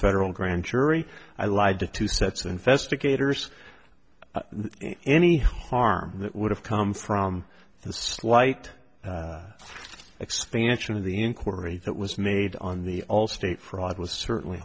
federal grand jury i lied to two sets investigators any harm that would have come from the slight expansion of the inquiry that was made on the allstate fraud was certainly